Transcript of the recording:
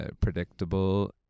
predictable